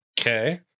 Okay